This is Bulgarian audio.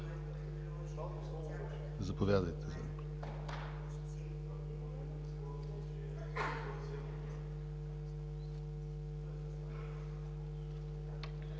Заповядайте.